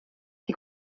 die